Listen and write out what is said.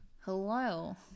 hello